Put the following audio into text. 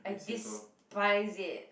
I despise it